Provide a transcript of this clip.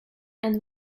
and